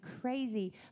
crazy